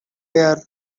air